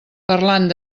parlant